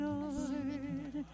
Lord